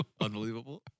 Unbelievable